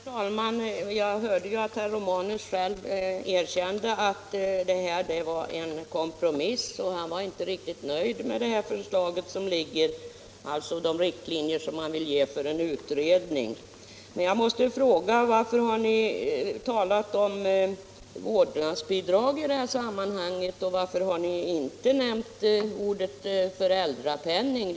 Herr talman! Jag hörde att herr Romanus själv erkände att det här var en kompromiss. Han var inte riktigt nöjd med förslaget och de riktlinjer som man vill ge för en utredning. Jag måste fråga: Varför har ni talat om vårdnadsbidrag i detta sammanhang? Och varför har ni inte nämnt ordet föräldrapenning?